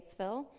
Statesville